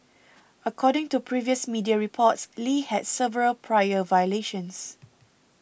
according to previous media reports Lee had several prior violations